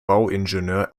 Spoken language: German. bauingenieur